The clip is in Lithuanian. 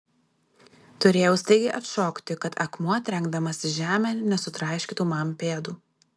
turėjau staigiai atšokti kad akmuo trenkdamasis žemėn nesutraiškytų man pėdų